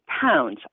pounds